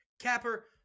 Capper